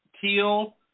teal